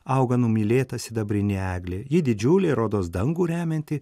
auga numylėta sidabrinė eglė ji didžiulė rodos dangų remianti